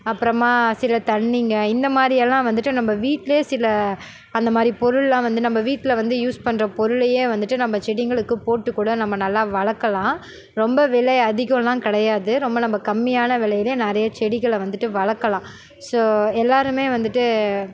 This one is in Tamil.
அப்புறமா சில தண்ணிங்க இந்தமாதிரியெல்லாம் வந்துகிட்டு நம்ம வீட்டிலே சில அந்த மாதிரி பொருள்லாம் வந்து நம்ம வீட்டில யூஸ் பண்ணுற பொருளையே வந்துட்டு நம்ம செடிகளுக்கு போட்டு கூட நம்ம நல்லா வளர்க்கலாம் ரொம்ப விலை அதிகம்லாம் கிடையாது ரொம்ப நம்ம கம்மியான விலையிலே நிறைய செடிகளை வந்துகிட்டு வளர்க்கலாம் ஸோ எல்லாருமே வந்துகிட்டு